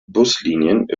buslinien